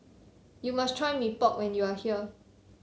you must try Mee Pok when you are here